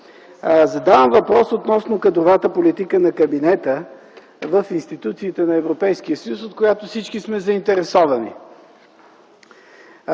Задавам въпрос относно кадровата политика на кабинета в институциите на Европейския съюз, от която всички сме заинтересовани.